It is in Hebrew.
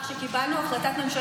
התרומה הגדולה